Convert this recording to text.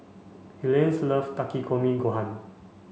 Helaine love Takikomi Gohan